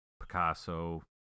Picasso